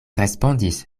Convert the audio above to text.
respondis